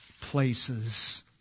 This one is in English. places